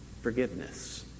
forgiveness